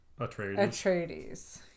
Atreides